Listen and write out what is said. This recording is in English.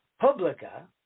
publica